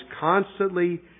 constantly